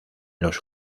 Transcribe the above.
los